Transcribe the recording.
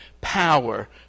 power